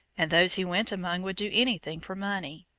and those he went among would do anything for money.